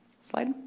Slide